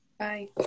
Bye